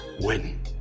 win